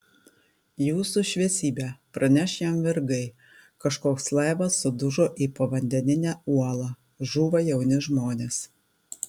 jūsų šviesybe praneš jam vergai kažkoks laivas sudužo į povandeninę uolą žūva jauni žmonės